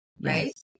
right